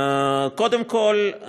קודם כול,